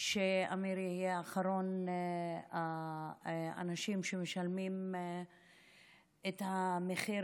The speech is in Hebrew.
שאמיר יהיה אחרון האנשים שמשלמים בדמם את המחיר